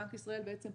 בנק ישראל פתח